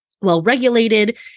well-regulated